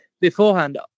beforehand